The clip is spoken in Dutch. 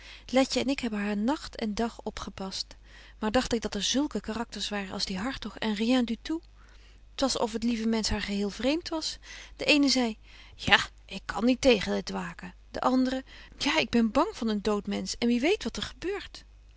letje en ik hebben haar nagt en dag opgepast maar dagt ik dat er zulke karakters waren als die hartog en rien du tout t was of het lieve mensch haar geheel vreemt was de eene zei ja ik kan niet tegen het waken de andre ja ik ben bang van een dood mensch en wie weet wat er gebeurt